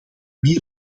wie